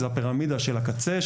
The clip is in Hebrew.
זו הפירמידה של הקצה,